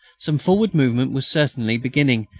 some forward movement was certainly beginning,